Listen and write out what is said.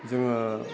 जोङो